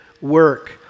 work